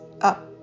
up